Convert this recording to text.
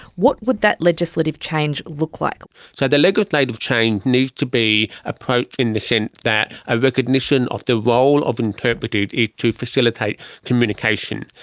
what would that legislative change look like? so the legislative change needs to be approached in the sense that a recognition of the role of interpreters is to facilitate communication,